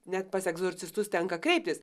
net pas egzorcistus tenka kreiptis